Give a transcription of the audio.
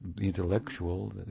intellectual